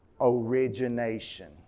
origination